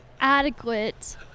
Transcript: Adequate